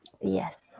Yes